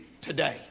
today